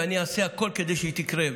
ואני אעשה הכול כדי שהיא תקרה,